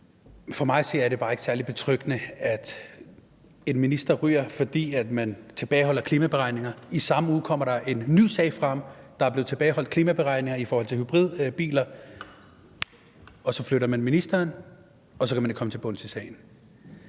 For mig at se er det bare ikke særlig betryggende, at en minister ryger, fordi han tilbageholder klimaberegninger, og at der i samme uge kommer en ny sag frem, der handler om, at der er blevet tilbageholdt klimaberegninger i forhold til hybridbiler. Så flytter man ministeren, og så kan vi ikke komme til bunds i sagen.